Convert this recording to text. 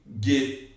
get